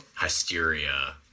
Hysteria